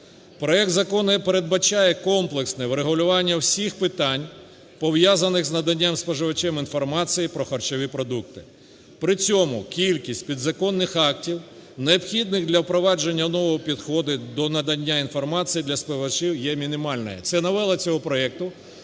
Проект закону передбачає комплексне врегулювання всіх питань, пов'язаних з наданням споживачам інформації про харчові продукти. При цьому кількість підзаконних актів, необхідних для впровадження нового підходу до надання інформації для споживачів, є мінімальною. Це – новела цього проекту.